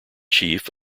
chief